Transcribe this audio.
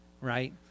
right